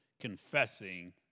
confessing